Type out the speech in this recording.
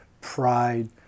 pride